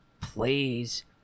Please